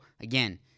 again